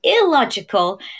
illogical